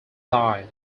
died